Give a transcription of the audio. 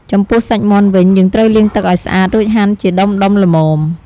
ចំពោះសាច់មាន់វិញ យើងត្រូវលាងទឹកឱ្យស្អាត រួចហាន់ជាដុំៗល្មម។